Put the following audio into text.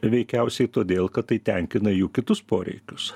veikiausiai todėl kad tai tenkina jų kitus poreikius